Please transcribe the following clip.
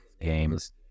Games